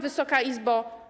Wysoka Izbo!